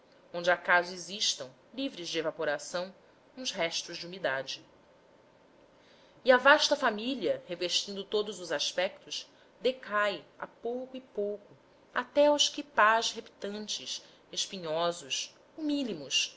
existam livres de evaporação uns restos de umidade e a vasta família revestindo todos os aspectos decai a pouco e pouco até aos quipás reptantes espinhosos humílimos